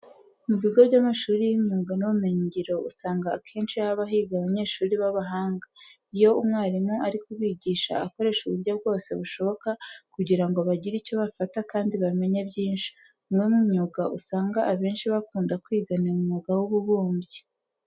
Mu bigo by'amashuri y'imyuga n'ubumenyingiro usanga akenshi haba higa abanyeshuri b'abahanga. Iyo umwarimu ari kubigisha akoresha uburyo bwose bushoboka kugira ngo bagire icyo bafata kandi bamenye byinshi. Umwe mu myuga usanga abenshi bakunda kwiga ni umwuga w'ububumbyi.